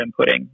inputting